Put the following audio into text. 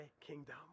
kingdom